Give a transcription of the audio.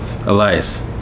Elias